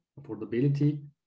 affordability